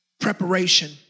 preparation